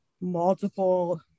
multiple